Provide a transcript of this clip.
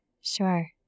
sure